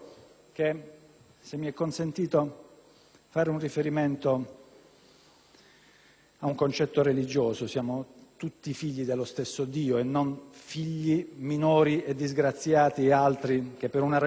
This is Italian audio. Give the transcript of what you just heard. ad un concetto religioso) siamo tutti figli dello stesso Dio e non figli minori e disgraziati alcuni e altri che, per ragioni di censo o di fortuna, hanno diritto a maggiori privilegi,